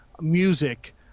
music –